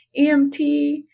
EMT